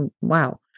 wow